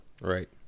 Right